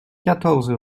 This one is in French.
quatorze